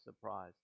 surprise